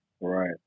Right